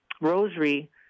Rosary